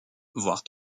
voire